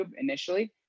initially